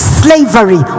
slavery